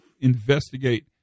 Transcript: investigate